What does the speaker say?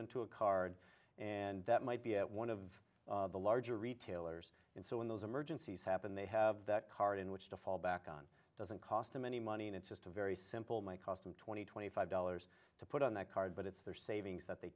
into a card and that might be one of the larger retailers and so when those emergencies happen they have that card in which to fall back on doesn't cost them any money and it's just a very simple might cost them twenty twenty five dollars to put on the card but it's their savings that they